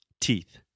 Teeth